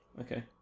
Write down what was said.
Okay